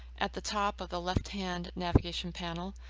at the top of the left hand navigation panel,